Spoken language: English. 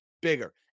bigger